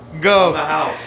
go